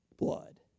blood